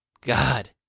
God